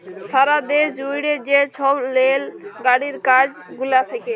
সারা দ্যাশ জুইড়ে যে ছব রেল গাড়ির কাজ গুলা থ্যাকে